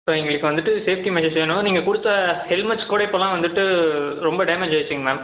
இப்போ எங்களுக்கு வந்துட்டு சேஃப்ட்டி மெஷர்ஸ் வேணும் நீங்கள் கொடுத்த ஹெல்மெட்ஸ் கூட இப்போல்லாம் வந்துட்டு ரொம்ப டேமேஜ் ஆகிருச்சிங்க மேம்